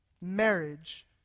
marriage